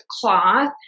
cloth